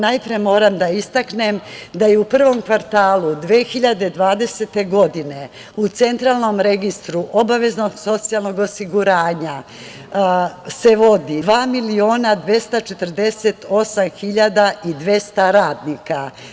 Najpre, moram da istaknem da je u prvom kvartalu 2020. godine u Centralnom registru obaveznog socijalnog osiguranja se vodi 2.248.200 radnika.